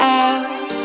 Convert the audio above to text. out